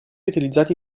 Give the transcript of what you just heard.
utilizzati